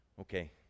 Okay